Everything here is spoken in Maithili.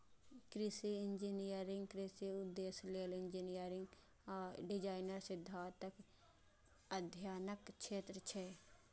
कृषि इंजीनियरिंग कृषि उद्देश्य लेल इंजीनियरिंग आ डिजाइन सिद्धांतक अध्ययनक क्षेत्र छियै